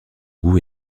goût